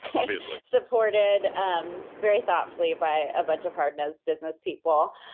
obviously supported um very thoughtfully by a bunch of hard nosed business people,